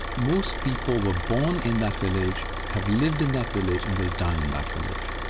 most people were born in that village, have lived in that village and will die in that village.